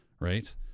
right